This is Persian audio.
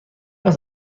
است